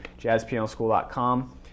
jazzpianoschool.com